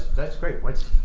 that's great. what's.